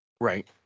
Right